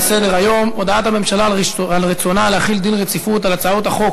על הצעת חוק